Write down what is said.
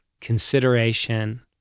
consideration